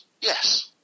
yes